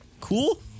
Cool